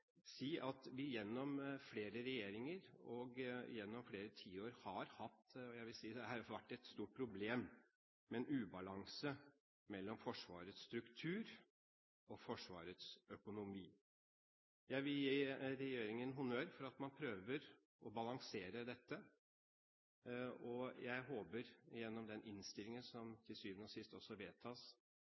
si at vi gjennom flere regjeringer og gjennom flere tiår har hatt, og jeg vil si det har vært et stort problem, en ubalanse mellom Forsvarets struktur og Forsvarets økonomi. Jeg vil gi regjeringen honnør for at man prøver å balansere dette, og jeg håper at vi gjennom den innstillingen som til syvende og sist vedtas,